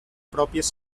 pròpies